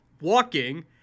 walking